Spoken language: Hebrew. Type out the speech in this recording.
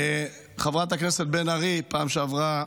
חברת הכנסת בן ארי, בפעם שעברה